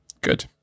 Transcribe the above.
Good